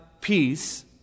peace